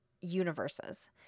universes